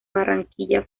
barranquilla